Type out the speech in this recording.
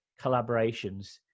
collaborations